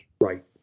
Right